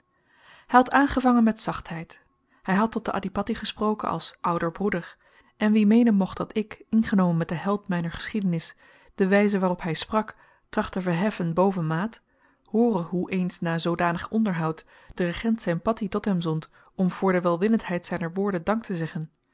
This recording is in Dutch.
hy had aangevangen met zachtheid hy had tot den adhipatti gesproken als ouder broeder en wie meenen mocht dat ik ingenomen met den held myner geschiedenis de wyze waarop hy sprak tracht te verheffen boven maat hoore hoe eens na zoodanig onderhoud de regent zyn patteh tot hem zond om voor de welwillendheid zyner woorden dank te zeggen